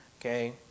Okay